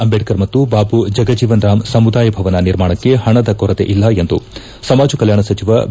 ಅಂದೇಢರ್ ಮತ್ತು ಬಾಬು ಜಗಜೀವನ್ ರಾಮ್ ಸಮುದಾಯ ಭವನ ನಿರ್ಮಾಣಕ್ಕೆ ಹಣದ ಕೊರತೆ ಇಲ್ಲ ಎಂದು ಸಮಾಜ ಕಲ್ಲಾಣ ಸಚಿವ ಬಿ